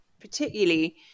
particularly